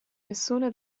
nessuna